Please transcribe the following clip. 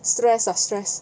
stress ah stress